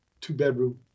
two-bedroom